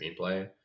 screenplay